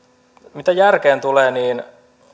mitä järkeen tulee niin